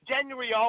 January